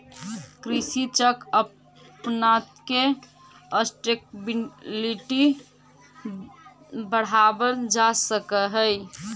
कृषि चक्र अपनाके सस्टेनेबिलिटी बढ़ावल जा सकऽ हइ